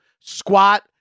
squat